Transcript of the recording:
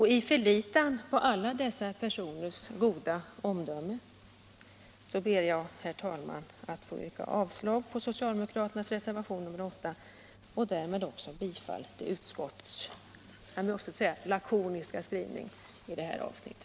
I förlitan på alla dessa personers omdöme ber jag, herr talman, att få yrka avslag på socialdemokraternas reservation nr 8 och därmed också bifall till utskottets jag måste säga lakoniska skrivning i det här avsnittet.